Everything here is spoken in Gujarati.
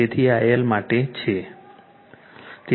તેથી આ L માટે છે